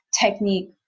technique